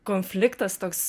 konfliktas toks